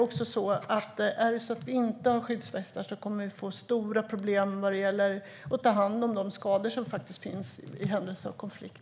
Om vi inte har skyddsvästar kommer vi att få stora problem när det gäller att ta hand om de skador som finns i händelse av konflikt.